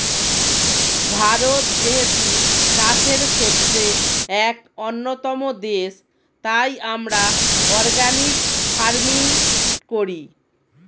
ভারত যেহেতু চাষের ক্ষেত্রে এক অন্যতম দেশ, তাই আমরা অর্গানিক ফার্মিং করি